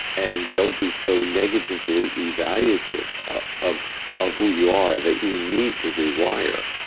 and don't be so negatively evaluative ah ah of who you are, that you need to rewire.